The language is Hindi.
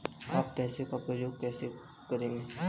आप पैसे का उपयोग कैसे करेंगे?